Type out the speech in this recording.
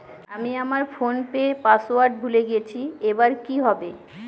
আমি আমার ফোনপের পাসওয়ার্ড ভুলে গেছি এবার কি হবে?